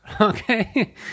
okay